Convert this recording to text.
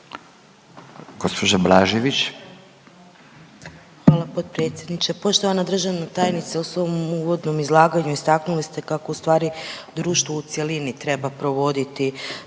Anamarija (HDZ)** Hvala potpredsjedniče. Poštovana državna tajnice u svojem uvodnom izlaganju istaknuli ste kako ustvari društvo u cjelini treba provoditi